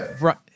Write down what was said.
Right